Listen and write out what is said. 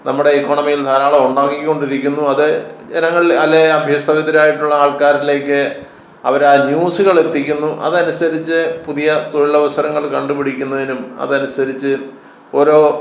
നമ്മുടെ എക്കണോമിയിൽ ധാരാളം ഉണ്ടായിക്കൊണ്ടിരിക്കുന്നു അത് ജനങ്ങളിൽ അല്ലെങ്കില് അഭ്യസ്തവിദ്യരായിട്ടുള്ള ആൾക്കാരിലേക്ക് അവരാ ന്യൂസുകളെത്തിക്കുന്നു അതനുസരിച്ച് പുതിയ തൊഴിലവസരങ്ങൾ കണ്ടുപിടിക്കുന്നതിനും അതനുസരിച്ച് ഓരോ